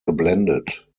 geblendet